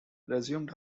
resumed